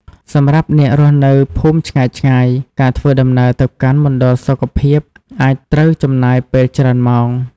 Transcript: សម្រាប់អ្នករស់នៅភូមិឆ្ងាយៗ ការធ្វើដំណើរទៅកាន់មណ្ឌលសុខភាពអាចត្រូវចំណាយពេលច្រើនម៉ោង។